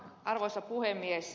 arvoisa puhemies